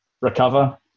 recover